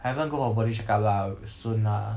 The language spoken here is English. I haven't go for body check up lah bu~ soon ah